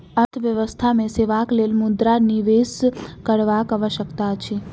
अर्थव्यवस्था मे सेवाक लेल मुद्रा निवेश करबाक आवश्यकता अछि